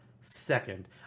second